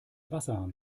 wasserhahn